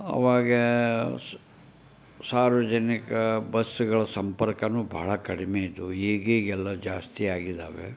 ಆವಾಗ ಸ್ ಸಾರ್ವಜನಿಕ ಬಸ್ಸುಗಳ ಸಂಪರ್ಕವೂ ಭಾಳ ಕಡಿಮೆ ಇದ್ದವು ಈಗೀಗೆಲ್ಲ ಜಾಸ್ತಿ ಆಗಿದಾವೆ